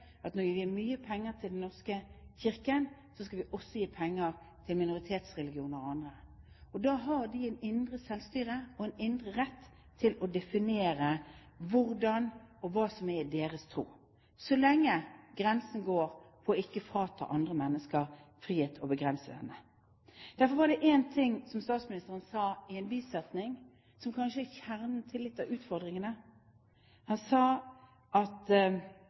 at når vi gir mye penger til Den norske kirke, skal vi også gi penger til minoritetsreligioner og andre. Da har de et indre selvstyre og en indre rett til å definere hvordan og hva som er i deres tro, så lenge grensen går på å ikke frata andre mennesker frihet eller begrense denne. Derfor var det en ting som statsministeren sa i en bisetning, som kanskje er kjernen til noen av utfordringene. Han sa at